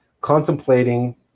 contemplating